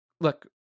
look